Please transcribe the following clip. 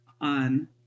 on